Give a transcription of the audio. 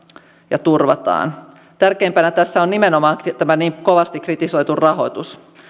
ja turvataan tärkeimpänä tässä on nimenomaan tämä niin kovasti kritisoitu rahoitus